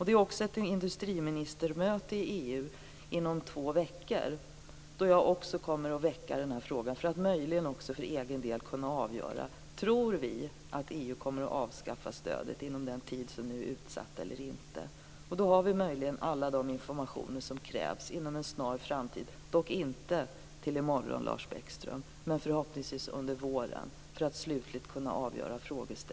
Det är även ett industriministermöte i EU inom två veckor. Då kommer jag att väcka den här frågan för att möjligen också för egen del kunna avgöra om vi tror att EU kommer att avskaffa stödet inom den tid som nu är utsatt eller inte. Möjligen har vi all den information som krävs inom en snar framtid - dock inte tills i morgon, Lars Bäckström, men förhoppningsvis under våren - för att vi slutligt skall kunna avgöra frågan.